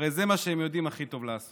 הרי זה מה שהם יודעים הכי טוב לעשות.